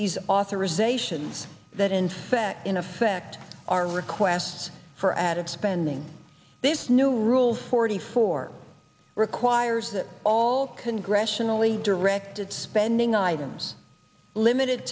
these authorisations that in fact in effect our requests for added spending this new rule forty four requires that all congressionally directed spending items limited